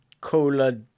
Cola